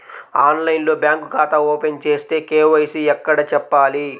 ఆన్లైన్లో బ్యాంకు ఖాతా ఓపెన్ చేస్తే, కే.వై.సి ఎక్కడ చెప్పాలి?